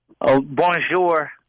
Bonjour